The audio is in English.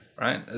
Right